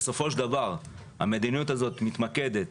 בסופו של דבר המדיניות הזאת מתמקדת